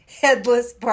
headless